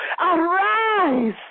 arise